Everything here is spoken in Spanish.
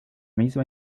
misma